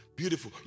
beautiful